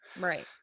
Right